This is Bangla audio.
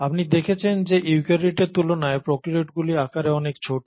আপনি দেখেছেন যে ইউক্যারিওটের তুলনায় প্রোক্যারিওটগুলি আকারে অনেক ছোট